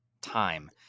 time